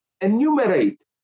enumerate